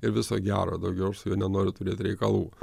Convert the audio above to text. ir viso gero daugiau nenoriu turėt reikalų o jūs